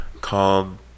called